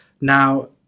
Now